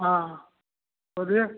हाँ बोलिए